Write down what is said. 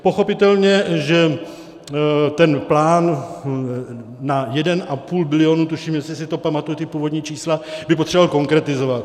Pochopitelně že ten plán na 1,5 bilionu tuším, jestli si to pamatuji, ta původní čísla by potřeboval konkretizovat.